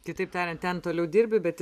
kitaip tariant ten toliau dirbi bet